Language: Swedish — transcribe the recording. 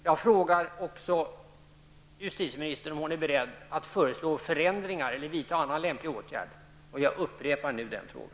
Jag frågade också justitieministern om hon är beredd att föreslå förändringar eller vidta annan lämplig åtgärd, och jag upprepar nu detta.